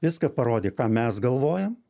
viską parodė ką mes galvojam